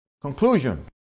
Conclusion